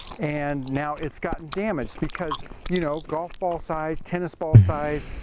and now it's gotten damaged, because you know golf ball size, tennis ball size,